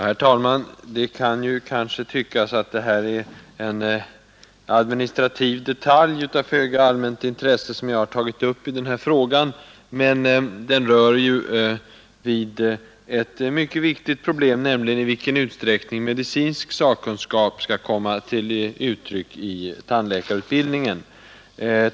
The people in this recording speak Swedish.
Herr talman! Det kan kanske tyckas, att det som jag har tagit upp i den här frågan är en administrativ detalj av föga allmänt intresse. Den berör emellertid ett mycket viktigt problem, nämligen i vilken utsträckning medicinsk sakkunskap skall komma till uttryck i tandläkarutbildningen.